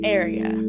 area